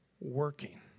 working